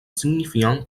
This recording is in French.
signifiant